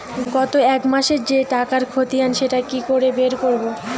গত এক মাসের যে টাকার খতিয়ান সেটা কি করে বের করব?